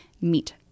meet